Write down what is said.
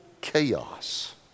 chaos